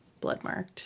Bloodmarked